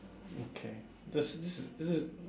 okay that's this this